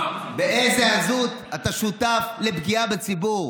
באיזו עזות אתה שותף לפגיעה בציבור?